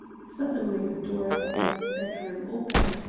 suddenly the door of brett's bedroom opened,